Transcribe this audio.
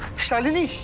shalini.